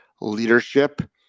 leadership